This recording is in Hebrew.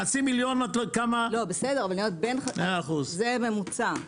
אני אומרת, זה הממוצע.